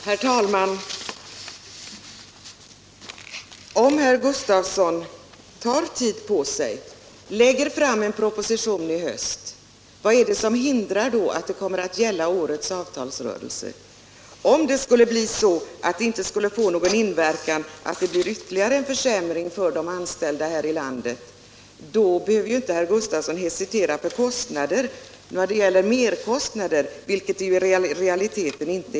Herr talman! Om herr Gustavsson tar tid på sig och lägger fram en proposition i höst, vad är det som hindrar att förslaget gäller årets avtalsrörelse? Om avtalsrörelsen skulle utfalla så att den inte får någon inverkan, dvs. att det blir ytterligare försämringar för de anställda här i landet, då behöver ju herr Gustavsson inte hesitera för kostnaderna. Någon merkostnad blir det i realiteten inte.